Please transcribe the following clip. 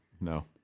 No